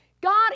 God